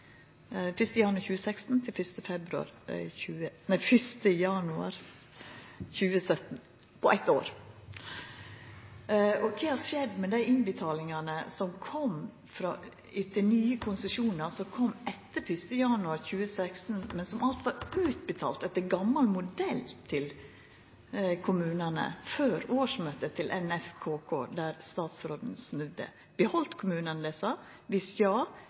1. januar 2016 til 1. januar 2017 – på eitt år. Og kva har skjedd med dei innbetalingane som kom etter nye konsesjonar, som kom etter 1. januar 2016, men som alt var utbetalte etter gamal modell, til kommunane, før årsmøtet til NFKK, der statsråden snudde? Beheldt kommunane disse? Dersom ja: